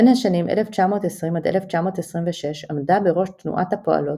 בין השנים 1920–1926 עמדה בראש תנועת הפועלות